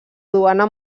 duana